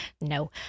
No